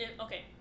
okay